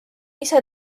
ise